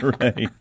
Right